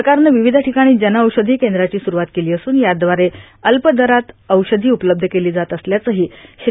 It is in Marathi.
सरकारनं विविध ठिकाणी जनऔषधी केंद्राची स्रूरवात केली असून याद्वारे अल्प दरात औषधी उपलब्ध केली जात असल्याचंही श्री